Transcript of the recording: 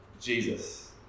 Jesus